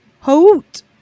Hoot